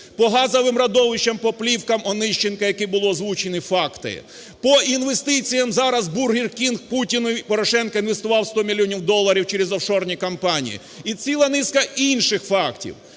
по газовим родовищам по плівкам Онищенка, які були озвучені факти, по інвестиціям зараз Burger King Путіну Порошенко інвестував 100 мільйонів доларів через офшорні компанії і ціла низка інших фактів.